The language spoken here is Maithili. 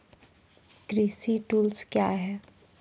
कृषि टुल्स क्या हैं?